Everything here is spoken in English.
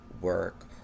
work